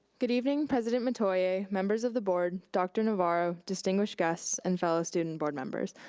good evening president metoyer, members of the board, dr. navarro, distinguished guests, and fellow student board members.